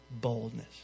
boldness